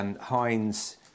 Heinz